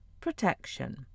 protection